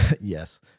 Yes